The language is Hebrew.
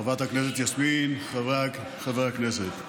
חברת הכנסת יסמין, חברי הכנסת,